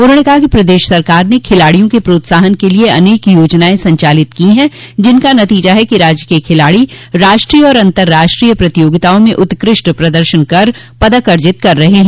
उन्होंने कहा कि प्रदेश सरकार ने खिलाड़ियों के प्रोत्साहन के लिये अनेक योजनाएं संचालित की है जिनका नतीजा है कि राज्य के खिलाड़ी राष्ट्रीय और अतंर्राष्ट्रीय प्रतियोगिताओं में उत्कृष्ट प्रदर्शन कर पदक अर्जित कर रहे हैं